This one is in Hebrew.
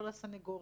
לא לסנגורים,